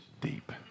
deep